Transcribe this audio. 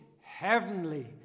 heavenly